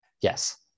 Yes